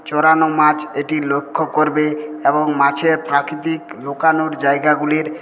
চোরানো মাছ এটি লক্ষ্য করবে এবং মাছের প্রাকৃতিক লোকানোর জায়গাগুলির